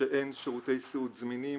שאין שירותי סיעוד זמינים,